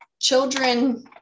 children